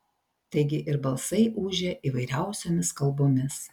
taigi ir balsai ūžė įvairiausiomis kalbomis